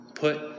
Put